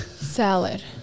salad